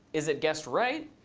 is it guessed right?